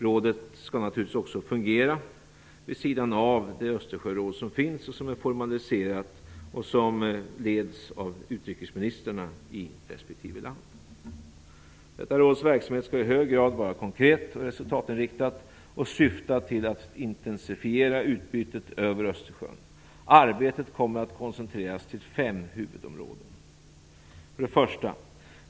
Rådet skall naturligtvis också fungera vid sidan av det Östersjöråd som finns, som är formaliserat och som leds av utrikesministrarna i respektive land. Detta råds verksamhet skall i hög grad vara konkret och resultatinriktad och syfta till att intensifiera utbytet över Östersjön. Arbetet kommer att koncentreras till fem huvudområden. 1.